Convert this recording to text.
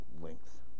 length